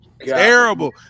Terrible